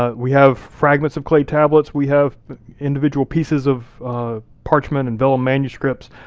ah we have fragments of clay tablets, we have individual pieces of parchment and vellum manuscripts,